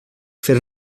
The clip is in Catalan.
fer